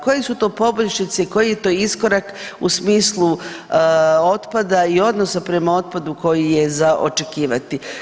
Koje su to poboljšice i koji je to iskorak u smislu otpada i odnosa prema otpadu koji je za očekivati?